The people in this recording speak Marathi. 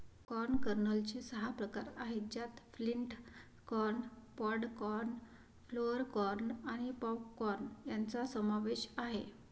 कॉर्न कर्नलचे सहा प्रकार आहेत ज्यात flint corn, pod corn, flour corn आणि पॉप कॉर्न यांचा समावेश आहे